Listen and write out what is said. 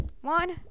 One